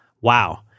wow